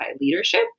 leadership